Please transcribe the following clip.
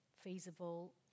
feasible